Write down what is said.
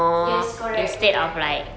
yes correct correct correct